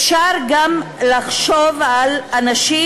אפשר גם לחשוב על אנשים,